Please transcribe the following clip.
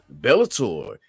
Bellator